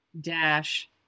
dash